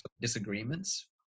disagreements